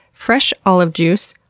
fresh olive juice,